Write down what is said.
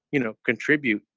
you know, contribute.